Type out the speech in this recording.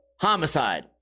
homicide